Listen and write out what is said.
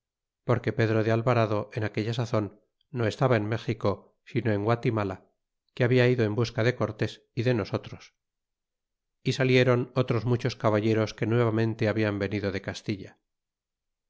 porque pedro de alvarado en aquella sazon no estaba en méxico sino en guatimala que habia ido en busca de cortes é de nosotros y salieron otros muchos caballeros que nuevamente habian venido de castilla